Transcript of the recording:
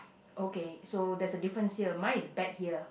okay so there's a difference here mine is bet here